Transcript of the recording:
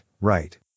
right